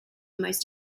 most